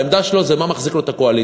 העמדה שלו היא מה שמחזיק לו את הקואליציה.